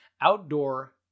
Outdoor